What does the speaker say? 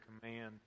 command